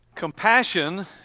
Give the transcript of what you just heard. Compassion